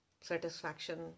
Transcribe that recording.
satisfaction